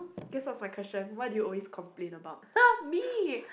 this was my question what do you always complain about me